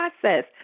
process